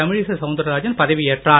தமிழிசை சவுந்தராஜன் பதவி ஏற்றார்